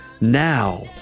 Now